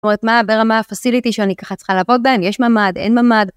זאת אומרת, מה ברמה הפסיליטי שאני ככה צריכה לעבוד בהם? יש ממד, אין ממד.